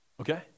Okay